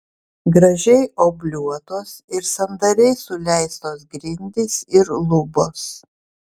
gražiai obliuotos ir sandariai suleistos grindys ir lubos